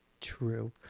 True